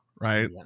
right